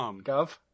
Gov